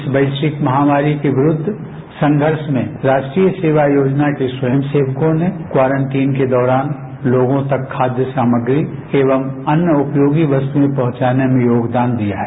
इस वैश्विक महामारी के विरूद्व संघर्ष में राष्ट्रीय सेवा योजना के स्वयं सेवकों ने क्वारंटीन के दौरान लोगों तक खाद्य सामग्री एवं अन्य उपयोगी वस्तुएं पहंचाने में योगदान दिया है